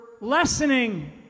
lessening